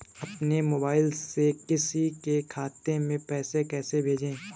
अपने मोबाइल से किसी के खाते में पैसे कैसे भेजें?